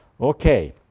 Okay